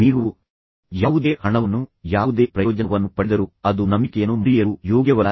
ನೀವು ಯಾವುದೇ ಹಣವನ್ನು ಯಾವುದೇ ಪ್ರಯೋಜನವನ್ನು ಪಡೆದರೂ ಅದು ನಂಬಿಕೆಯನ್ನು ಮುರಿಯಲು ಯೋಗ್ಯವಲ್ಲ